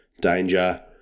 Danger